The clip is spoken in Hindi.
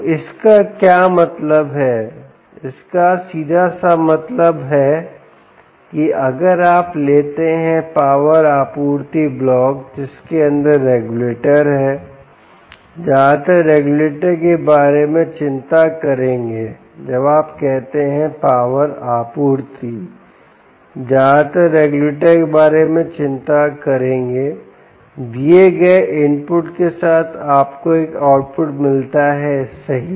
तो इसका क्या मतलब है इसका सीधा सा मतलब है कि अगर आप लेते हैं पावर आपूर्ति ब्लॉक जिसके अंदर रेगुलेटर है ज्यादातर रेगुलेटर के बारे में चिंता करेंगे जब आप कहते हैं पावर आपूर्ति ज्यादातर रेगुलेटर के बारे में चिंता करेंगे दिए गए इनपुट के साथ आपको एक आउटपुट मिलता है सही